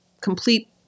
complete